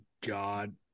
God